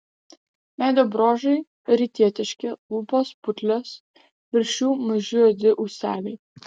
veido bruožai rytietiški lūpos putlios virš jų maži juodi ūseliai